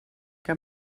que